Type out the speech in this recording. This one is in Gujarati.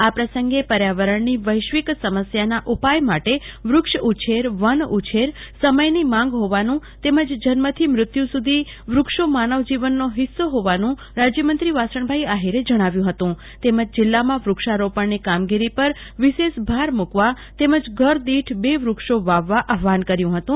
આ પ્રસંગે પર્યાવરણની વૈશ્વિક સમસ્યાના ઉપાય માટે વૃક્ષ ઉછેર વન ઉછેર સમયની માંગ હોવાનું તેમજ જન્મથી મૃત્યુ સુધી વૃક્ષો માનવજીવનનો ફિસ્સો હોવાનું રાજ્યમંત્રી વાસણભાઈ આહિરે જણાવ્યું હતું તેમજ જીલ્લામાં વૃક્ષારોપણની કામગીરી પર વિશેષ ભાર મુકવા તેમજ ઘર દીઠ બે વૃક્ષો વાવવા આહ્રાન કર્યું હતું